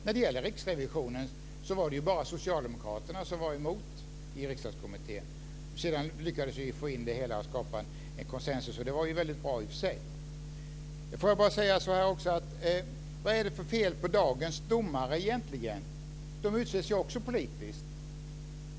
När det gällde riksrevisionen var det ju bara socialdemokraterna som var emot förslaget i riksdagskommittén. Sedan lyckades vi få igenom det hela och skapa en konsensus, och det var ju väldigt bra i och för sig. Vad är det för fel på dagens domare egentligen? De utses ju också politiskt.